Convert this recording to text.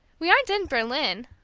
we aren't in berlin,